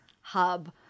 hub